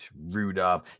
Rudolph